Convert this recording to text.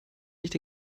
nicht